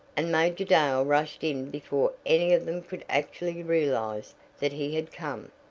and major dale rushed in before any of them could actually realize that he had come.